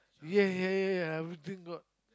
yeah yeah yeah yeah everything got